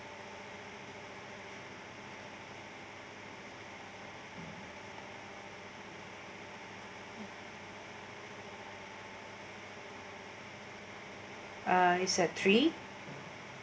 uh is that three